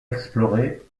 exploré